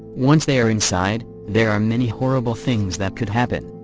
once they are inside, there are many horrible things that could happen.